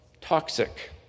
toxic